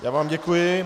Já vám děkuji.